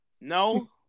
No